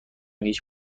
هیچ